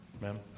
ma'am